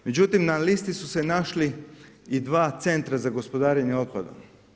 Međutim, na listi su se našli i dva centra za gospodarenje otpadom.